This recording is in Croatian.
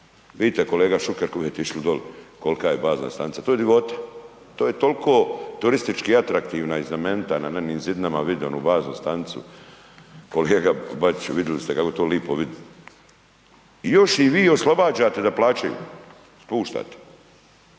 Vidite kolega Šuker kad bude išli dol kolka je bazna stanica, to je divota To je toliko turistički atraktivna i znamenita na … /ne razumije se/… zidinama vidjeti onu baznu stanicu. Kolega Bačiću vidjeli ste kako je to lijepo vidjeti i još ih vi oslobađate da plaćaju, puštate